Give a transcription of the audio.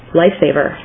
lifesaver